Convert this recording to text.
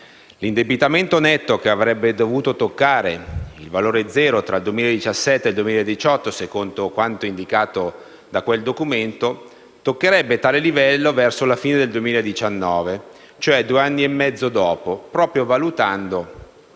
L'indebitamento netto, che avrebbe dovuto toccare il valore zero tra il 2017 e il 2018 secondo quanto indicato da quel Documento, toccherebbe tale livello verso la fine del 2019, cioè due anni e mezzo dopo, proprio valutando